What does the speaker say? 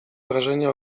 wrażenie